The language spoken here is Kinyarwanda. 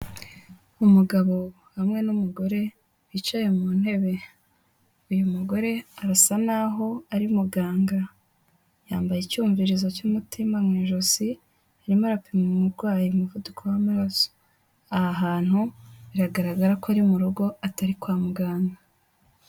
Umugabo hamwe n'umugore bicaye mu ntebe, uyu mugore arasa naho ari muganga, yambaye icyumvirizo cy'umutima mu ijosi, arimo arapima umurwayi umuvuduko w'amaraso, aha hantu biragaragara ko ari mu rugo atari kwa muganga.